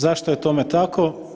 Zašto je tome tako?